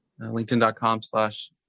LinkedIn.com/slash